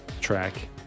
track